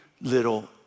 little